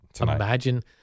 Imagine